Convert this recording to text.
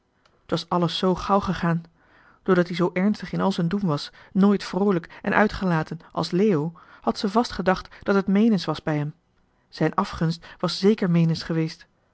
het was alles zoo gauw gegaan doordat ie zoo ernstig in al z'en doen was nooit vroolijk en uitgelaten als leo had ze vast gedacht dat het meenens was bij em zijn afgunst was zéker meenens geweest